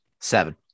Seven